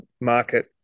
market